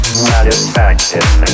satisfaction